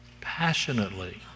passionately